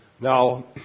Now